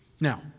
Now